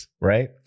right